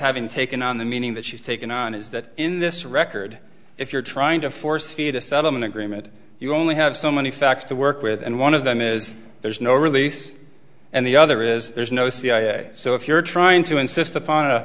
having taken on the meaning that she's taken on is that in this record if you're trying to force feed a settlement agreement you only have so many facts to work with and one of them is there's no release and the other is there's no cia so if you're trying to insist upon